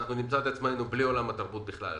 אנחנו נמצא את עצמנו בלי עולם התרבות בכלל.